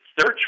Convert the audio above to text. search